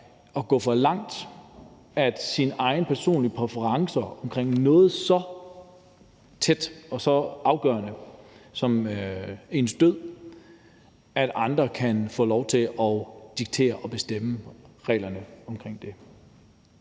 at gå for langt i forhold til nogens egne personlige præferencer omkring noget så tæt og så afgørende som ens død, at andre kan få lov til at diktere og bestemme reglerne omkring det.